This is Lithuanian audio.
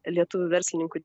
lietuvių verslininkų